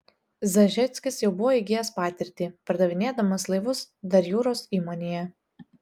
zažeckis jau buvo įgijęs patirtį pardavinėdamas laivus dar jūros įmonėje